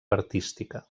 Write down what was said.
artística